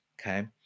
okay